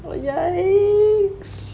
well yeah